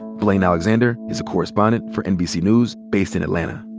blayne alexander is a correspondent for nbc news based in atlanta.